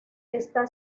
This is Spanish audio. está